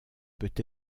peut